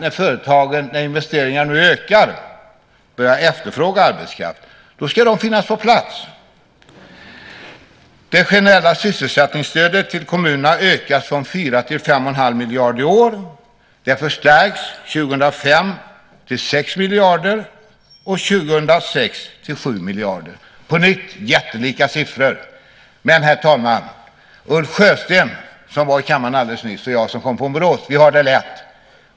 När investeringarna nu ökar och företagen börjar efterfråga arbetskraft ska den finnas på plats. Det generella sysselsättningsstödet till kommunerna ökas från 4 till 5 1⁄2 miljarder i år. Det förstärks 2005 till 6 miljarder och 2006 till 7 miljarder. Det är på nytt jättelika siffror. Men, herr talman, Ulf Sjösten som var i kammaren nyss och jag som kommer från Borås, vi har det lätt.